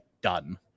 done